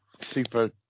super